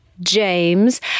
James